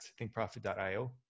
thinkprofit.io